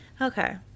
Okay